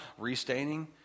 restaining